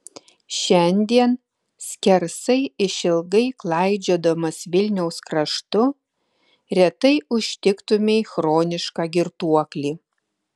šiandien skersai išilgai klaidžiodamas vilniaus kraštu retai užtiktumei chronišką girtuoklį